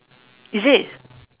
is it